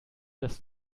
dass